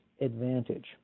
advantage